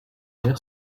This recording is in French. mer